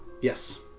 Yes